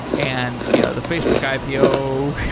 and you know the facebook ah ipo